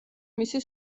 მისი